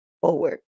forward